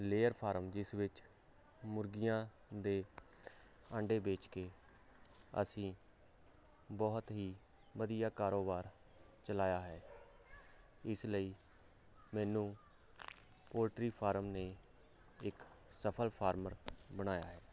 layer farm ਜਿਸ ਵਿੱਚ ਮੁਰਗੀਆਂ ਦੇ ਆਂਡੇ ਵੇਚ ਕੇ ਅਸੀਂ ਬਹੁਤ ਹੀ ਵਧੀਆ ਕਾਰੋਬਾਰ ਚਲਾਇਆ ਹੈ ਇਸ ਲਈ ਮੈਨੂੰ ਪੋਲਟਰੀ ਫਾਰਮ ਨੇ ਇੱਕ ਸਫਲ ਫਾਰਮਰ ਬਣਾਇਆ ਹੈ